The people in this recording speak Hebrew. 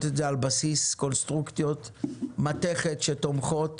זאת באמצעות קונסטרוקציות מתכת תומכות